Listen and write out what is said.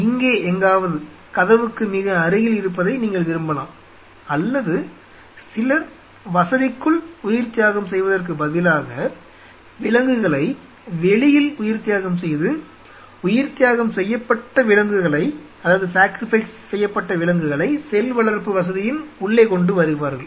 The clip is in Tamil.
இங்கே எங்காவது கதவுக்கு மிக அருகில் இருப்பதை நீங்கள் விரும்பலாம் அல்லது சிலர் வசதிக்குள் உயிர்த்தியாகம் செய்வதற்குப் பதிலாக விலங்குகளை வெளியில் உயிர்த்தியாகம் செய்து உயிர்த்தியாகம் செய்யப்பட்ட விலங்குகளை செல் வளர்ப்பு வசதியின் உள்ளே கொண்டு வருவார்கள்